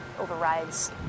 overrides